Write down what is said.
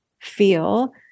feel